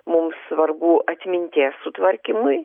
mums svarbu atminties sutvarkymui